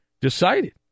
decided